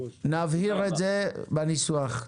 נבהיר את זה בניסוח.